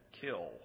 kill